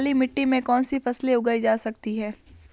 काली मिट्टी में कौनसी फसलें उगाई जा सकती हैं?